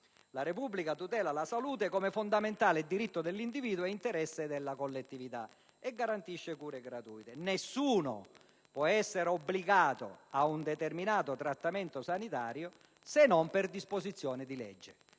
«La Repubblica tutela la salute come fondamentale diritto dell'individuo e interesse della collettività, e garantisce cure gratuite (...). Nessuno può essere obbligato a un determinato trattamento sanitario se non per disposizione di legge».